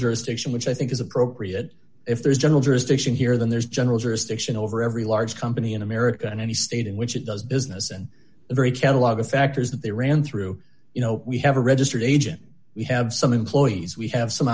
jurisdiction which i think is appropriate if there's general jurisdiction here than there's general jurisdiction over every large company in america in any state in which it does business and very catalogue of factors that they ran through you know we have a registered agent we have some employees we have some